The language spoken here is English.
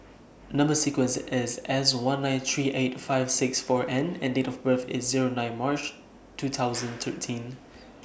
Number sequence IS S one nine three eight five six four N and Date of birth IS Zero nine March two thousand thirteen